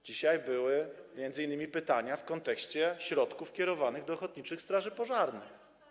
Dzisiaj były m.in. pytania w kontekście środków kierowanych do ochotniczych straży pożarnych.